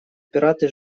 пираты